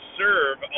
serve